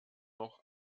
noch